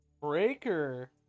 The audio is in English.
Breaker